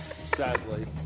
Sadly